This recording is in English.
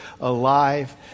alive